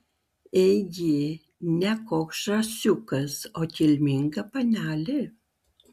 ėgi ne koks žąsiukas o kilminga panelė